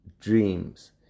dreams